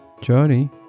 journey